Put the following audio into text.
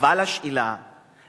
אבל השאלה היא,